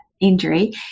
injury